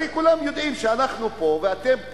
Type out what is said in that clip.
הרי כולם יודעים שאנחנו פה ואתם פה,